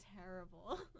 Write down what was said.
terrible